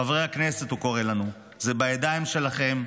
חברי הכנסת, הוא קורא לנו, זה בידיים שלכם.